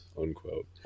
unquote